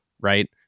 Right